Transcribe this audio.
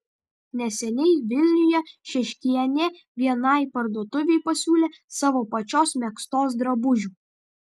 neseniai vilniuje šeškienė vienai parduotuvei pasiūlė savo pačios megztos drabužių